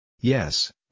Yes